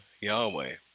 Yahweh